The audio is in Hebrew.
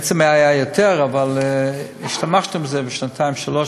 בעצם היה יותר, אבל השתמשנו בכסף הזה בשנתיים שלו.